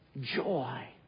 joy